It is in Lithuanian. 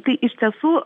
tai iš tiesų